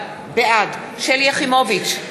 בעד שלי יחימוביץ,